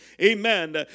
Amen